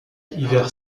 hiver